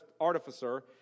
artificer